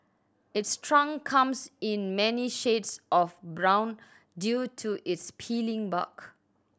its trunk comes in many shades of brown due to its peeling bark